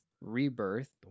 Rebirth